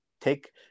take